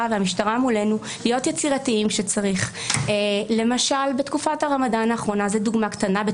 החקיקה נעשית על ידי הוועדה, הוא רק מנהל את